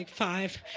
five.